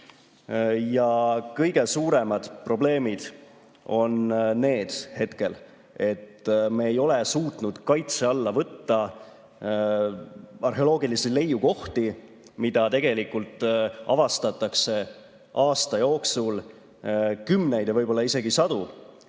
Kõige suuremad probleemid on need, et me ei ole suutnud kaitse alla võtta arheoloogilisi leiukohti, mida tegelikult avastatakse aasta jooksul kümneid ja võib‑olla isegi sadu.